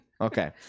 Okay